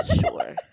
sure